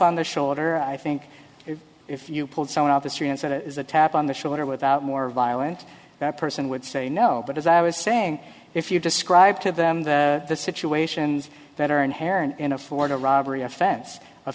on the shoulder i think if you pulled someone out history and said it is a tap on the shoulder without more violent that person would say no but as i was saying if you describe to them the situations that are inherent in a ford a robbery offense a